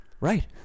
Right